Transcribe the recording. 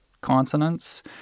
consonants